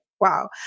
wow